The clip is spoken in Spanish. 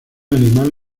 animal